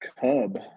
Cub